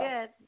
good